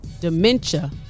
dementia